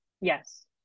Yes